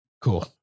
Cool